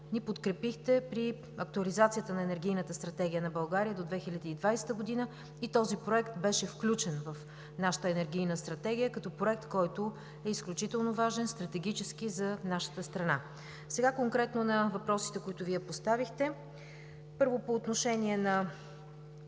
ни подкрепихте при актуализацията на Енергийната стратегия на България до 2020 г. Този проект беше включен в нашата енергийна стратегия като проект, който е изключително важен стратегически за нашата страна. Сега конкретно на въпросите, които Вие поставихте. Първо, по отношение на